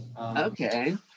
Okay